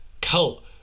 cult